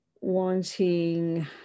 wanting